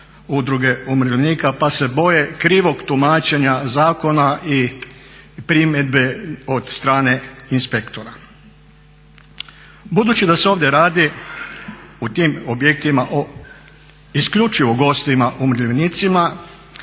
udruge umirovljenika, pa se boje krivog tumačenja zakona i primjedbe od strane inspektora. Budući da se ovdje radi u tim objektima o isključivo gostima umirovljenicima, našim